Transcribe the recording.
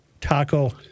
taco